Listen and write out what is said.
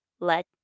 let